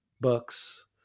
books